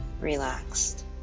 relaxed